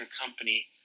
company